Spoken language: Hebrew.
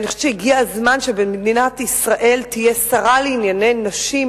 אני חושבת שהגיע הזמן שבמדינת ישראל תהיה שרה לענייני נשים,